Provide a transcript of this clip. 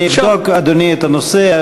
אני אבדוק, אדוני, את הנושא.